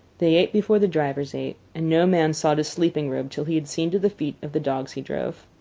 they ate before the drivers ate, and no man sought his sleeping-robe till he had seen to the feet of the dogs he drove.